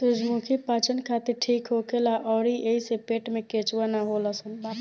सूरजमुखी पाचन खातिर ठीक होखेला अउरी एइसे पेट में केचुआ ना होलन सन